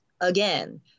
Again